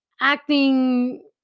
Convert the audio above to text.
acting